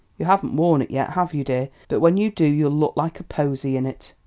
you haven't worn it yet, have you, dear? but when you do you'll look like a posy in it.